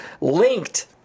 linked